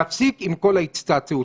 נפסיק עם כל ההצטעצעות.